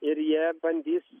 ir jie bandys